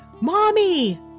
Mommy